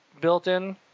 built-in